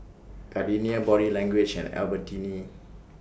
Gardenia Body Language and Albertini